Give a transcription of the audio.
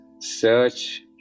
search